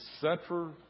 central